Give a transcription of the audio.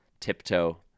tiptoe